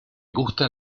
gusta